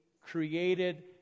created